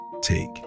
take